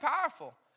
powerful